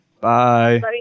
Bye